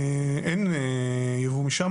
אין ייבוא משם.